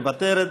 מוותרת.